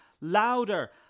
louder